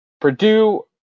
Purdue